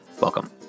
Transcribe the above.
Welcome